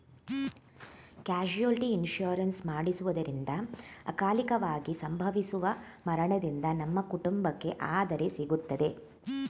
casualty insurance ಮಾಡಿಸುವುದರಿಂದ ಅಕಾಲಿಕವಾಗಿ ಸಂಭವಿಸುವ ಮರಣದಿಂದ ನಮ್ಮ ಕುಟುಂಬಕ್ಕೆ ಆದರೆ ಸಿಗುತ್ತದೆ